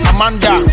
Amanda